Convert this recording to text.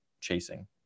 chasing